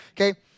okay